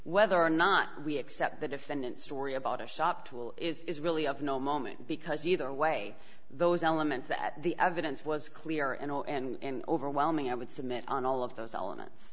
whether or not we accept the defendant story about a shop tool is really of no moment because either way those elements that the evidence was clear and all and overwhelming i would submit on all of those elements